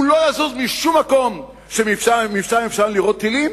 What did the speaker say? הוא לא יזוז משום מקום שאפשר לירות ממנו טילים?